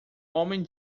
homem